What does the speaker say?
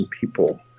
people